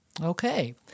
Okay